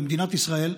למדינת ישראל,